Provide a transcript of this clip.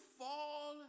fall